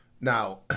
Now